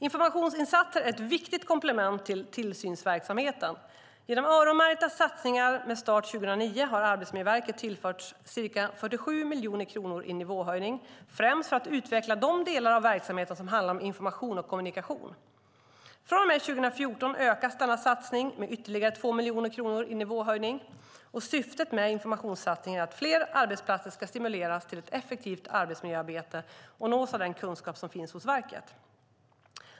Informationsinsatser är ett viktigt komplement till tillsynsverksamheten. Genom öronmärkta satsningar med start 2009 har Arbetsmiljöverket tillförts ca 47 miljoner kronor i nivåhöjning, främst för att utveckla de delar av verksamheten som handlar om information och kommunikation. Från och med 2014 ökas denna satsning med ytterligare 2 miljoner kronor i nivåhöjning. Syftet med informationssatsningen är att fler arbetsplatser ska stimuleras till ett effektivt arbetsmiljöarbete och nås av den kunskap som finns hos verket.